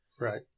Right